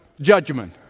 judgment